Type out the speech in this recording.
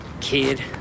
Kid